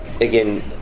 Again